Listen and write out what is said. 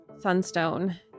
sunstone